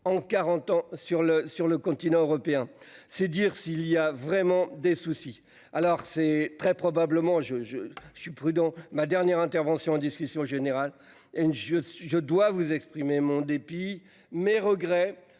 en 40 ans sur le sur le continent européen, c'est dire s'il y a vraiment des soucis. Alors c'est très probablement je je suis prudent ma dernière intervention en discussion générale hein je, je dois vous exprimer mon dépit mes regrets